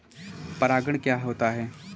परागण क्या होता है?